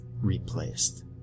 replaced